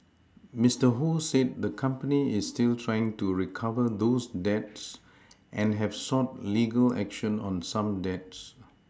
Mister Ho said the company is still trying to recover those debts and have sought legal action on some debts